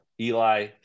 Eli